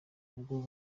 ubwo